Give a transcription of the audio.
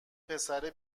پسره